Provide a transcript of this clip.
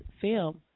film